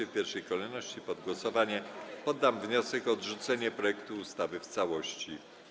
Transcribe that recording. W pierwszej kolejności pod głosowanie poddam wniosek o odrzucenie projektu ustawy w całości.